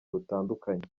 butandukanye